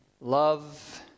Love